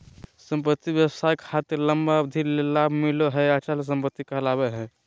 संपत्ति व्यवसाय खातिर लंबा अवधि ले लाभ मिलो हय अचल संपत्ति कहलावय हय